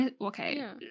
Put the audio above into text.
Okay